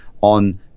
on